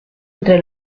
entre